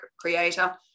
creator